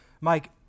Mike